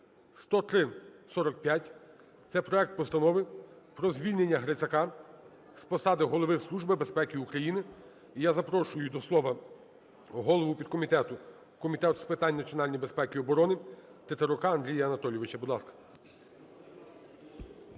10345, це проект Постанови про звільнення Грицака з посади Голови Служби безпеки України. І я запрошую до слова голову підкомітету Комітету з питань національної безпеки і оборони Тетерука Андрія Анатолійовича.